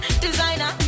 designer